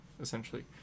essentially